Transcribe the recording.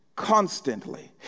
constantly